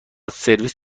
سرویس